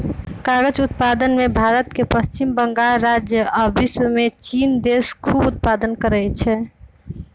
कागज़ उत्पादन में भारत के पश्चिम बंगाल राज्य आ विश्वमें चिन देश खूब उत्पादन करै छै